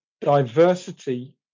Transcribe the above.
diversity